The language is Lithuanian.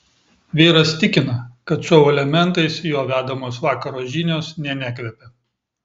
vyras tikina kad šou elementais jo vedamos vakaro žinios nė nekvepia